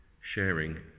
sharing